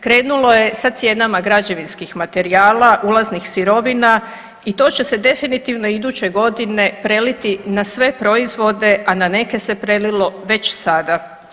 Krenulo je sa cijenama građevinskih materijala, uvoznih sirovina i to će se definitivno iduće godine preliti na sve proizvode, a na neke se prelilo već sada.